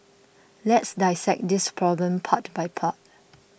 let's dissect this problem part by part